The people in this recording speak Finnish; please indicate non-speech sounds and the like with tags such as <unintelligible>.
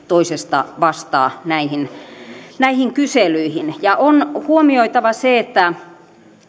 <unintelligible> toisesta vastaa näihin näihin kyselyihin on huomioitava se että